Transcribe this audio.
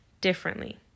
differently